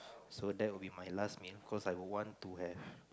so that will be my last meal because I would want to have